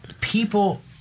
people